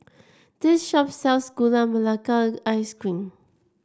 this shop sells Gula Melaka Ice Cream